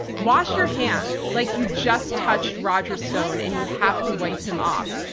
wash your hands like you just touched roger stone and you have to wipe him off.